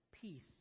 Peace